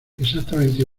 exactamente